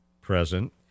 present